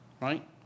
Right